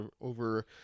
over